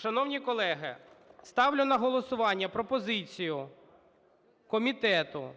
Шановні колеги, ставлю на голосування пропозицію комітету